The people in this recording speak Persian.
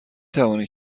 توانی